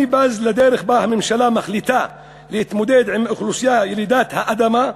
אני בז לדרך שבה הממשלה מחליטה להתמודד עם אוכלוסייה ילידת האדמה,